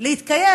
להתקיים